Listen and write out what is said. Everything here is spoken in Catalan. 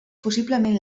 possiblement